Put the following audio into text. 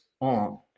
on